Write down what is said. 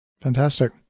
Fantastic